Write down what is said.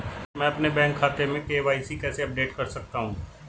मैं अपने बैंक खाते में के.वाई.सी कैसे अपडेट कर सकता हूँ?